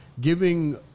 giving